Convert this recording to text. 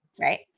right